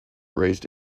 raised